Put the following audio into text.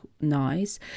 nice